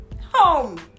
home